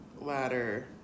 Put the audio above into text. ladder